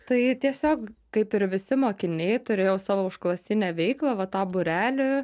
tai tiesiog kaip ir visi mokiniai turėjau savo užklasinę veiklą va tą būrelį